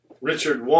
Richard